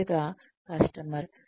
మొదటగా కస్టమర్